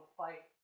fight